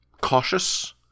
cautious